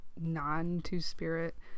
non-two-spirit